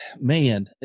Man